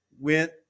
went